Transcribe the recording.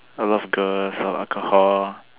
a lot of girls lor alcohol